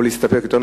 או יותר נכון,